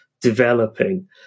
developing